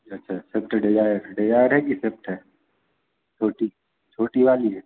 अच्छा अच्छा Swift Dzire Dzire है कि शिफ्ट है छोटी छोटी वाली है